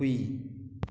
ꯍꯨꯏ